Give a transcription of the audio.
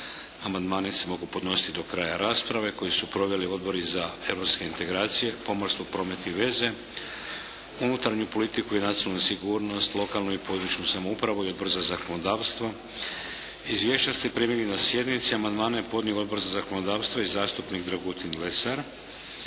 Amandmani se mogu podnositi do kraja rasprave koju su proveli odbori za europske integracije, pomorstvo, promet i veze, unutarnju politiku i nacionalnu sigurnost, lokalnu i područnu samoupravu i Odbor za zakonodavstvo. Izvješća ste primili na sjednici. Amandmane je podnio Odbor za zakonodavstvo i zastupnik Dragutin Lesar.